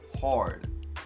hard